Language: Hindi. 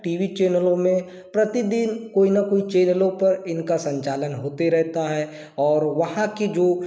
टी वी चैनलों में प्रतिदिन कोई न कोई चैनलों पर इनका संचालन होता रहता है और वहाँ की जो